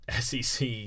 SEC